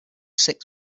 six